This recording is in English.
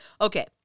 Okay